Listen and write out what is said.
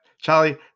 Charlie